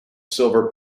silver